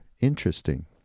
interesting